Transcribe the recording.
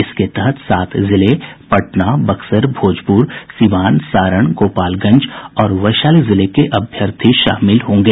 इसके तहत सात जिले पटना बक्सर भोजपुर सीवान सारण गोपालगंज और वैशाली जिले के अभ्यर्थी शामिल होंगे